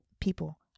People